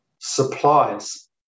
supplies